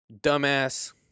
dumbass